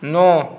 नओ